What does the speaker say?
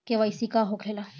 KYC का होखेला?